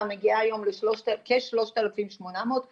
מגיעה היום כשלוש אלפים שמונה מאות ליחיד,